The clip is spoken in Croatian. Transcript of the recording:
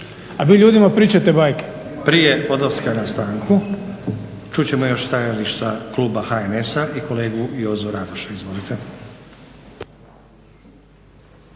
**Stazić, Nenad (SDP)** Prije odlaska na stanku, čut ćemo još stajališta Kluba HNS-a i kolegu Jozu Radoša. Izvolite.